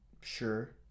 Sure